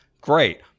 great